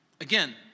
Again